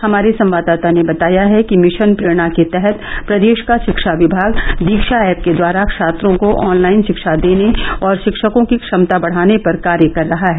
हमारे संवाददाता ने बताया है कि मिशन प्रेरणा के तहत प्रदेश का शिक्षा विभाग दीक्षा ऐप के द्वारा छात्रों को ऑनलाइन शिक्षा देने और शिक्षकों की क्षमता बढाने पर कार्य कर रहा है